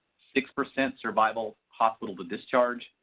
six percent survival hospital to discharge.